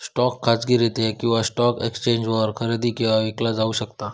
stock खाजगीरित्या किंवा stock एक्सचेंजवर खरेदी आणि विकला जाऊ शकता